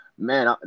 Man